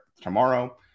Tomorrow